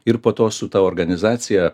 ir po to su ta organizacija